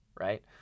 right